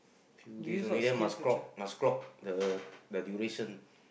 few days only then must clock must clock the the duration